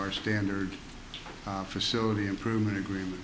our standard facility improvement agreement